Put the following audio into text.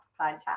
podcast